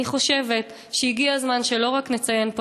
אני חושבת שהגיע הזמן לא רק שנציין פה